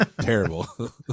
terrible